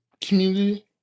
community